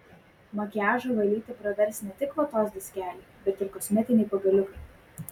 makiažui valyti pravers ne tik vatos diskeliai bet ir kosmetiniai pagaliukai